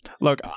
look